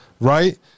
right